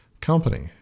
company